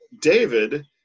David